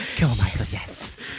Yes